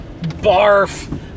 Barf